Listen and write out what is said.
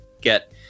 get